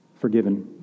forgiven